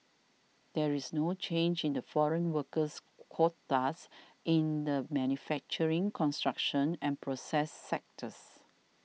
there is no change in the foreign workers quotas in the manufacturing construction and process sectors